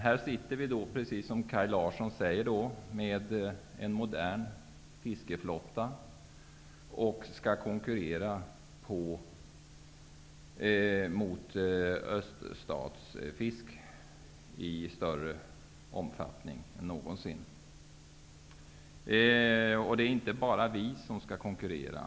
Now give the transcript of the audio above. Här sitter vi, precis som Kaj Larsson säger, med en modern fiskeflotta och skall i större omfattning än någonsin konkurrera med öststatsfisk. Det är inte bara vi som skall konkurrera.